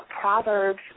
Proverbs